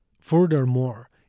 Furthermore